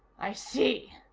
i see,